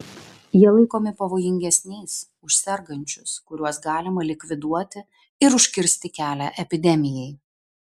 jie laikomi pavojingesniais už sergančius kuriuos galima likviduoti ir užkirsti kelią epidemijai